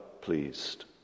pleased